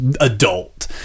adult